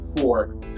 four